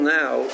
now